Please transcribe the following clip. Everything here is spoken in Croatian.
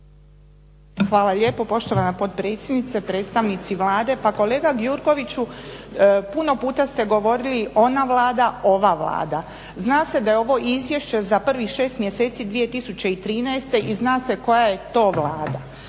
Hvala lijepo poštovana potpredsjednice. Predstavnici Vlade. Pa kolega Gjurkoviću, puno puta ste govorili ona Vlada, ova Vlada. Zna se da je ovo izvješće za prvih 6 mjeseci 2013. i zna se koja je to Vlada.